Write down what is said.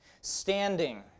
standing